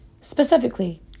specifically